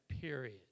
period